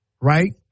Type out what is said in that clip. right